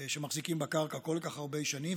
שמחזיקים בקרקע כל כך הרבה שנים,